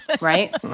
Right